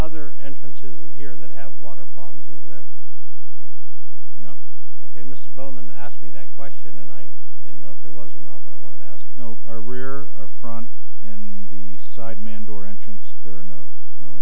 other entrance is here that have water problems is there no ok mr bowman asked me that question and i don't know if there was or not but i want to ask you know our rear our front and the sideman door entrance there are no no